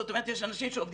זאת אומרת יש אנשים שעובדים,